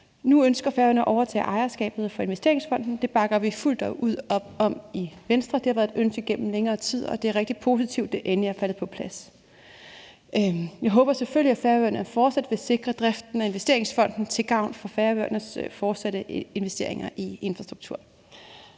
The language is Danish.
Nu ønsker Færøerne at overtage ejerskabet af investeringsfonden, og det bakker vi fuldt ud op om i Venstre. Det har været et ønske gennem længere tid, og det er rigtig positivt, at det endelig er faldet på plads. Vi håber selvfølgelig, at Færøerne fortsat vil sikre driften af investeringsfonden til gavn for Færøernes fortsatte investeringer i infrastruktur.